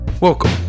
Welcome